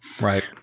Right